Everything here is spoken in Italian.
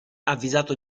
avvisato